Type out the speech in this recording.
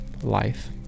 life